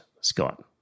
Scott